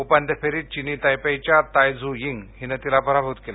उपान्त्य फेरीत चिनी तायपेयीच्या ताय झू यिंग हीनं तिला पराभूत केलं